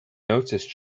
noticed